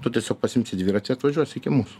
tu tiesiog pasiimsi dviratį ir atvažiuosi iki mūsų